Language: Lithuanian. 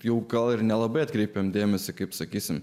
jau gal ir nelabai atkreipėme dėmesį kaip sakysime